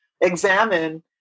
examine